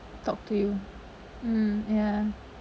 talk to you mm ya